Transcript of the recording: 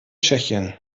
tschechien